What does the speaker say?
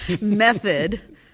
method